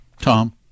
Tom